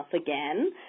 again